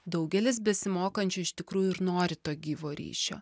daugelis besimokančių iš tikrųjų ir nori to gyvo ryšio